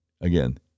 again